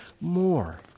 more